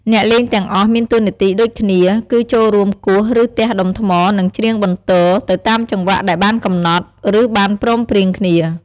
អ្នកលេងទាំងអស់មានតួនាទីដូចគ្នា គឺចូលរួមគោះ ឫទះដុំថ្ម និងច្រៀងបន្ទរ ទៅតាមចង្វាក់ដែលបានកំណត់ ឬបានព្រមព្រៀងគ្នា។